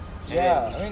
I mean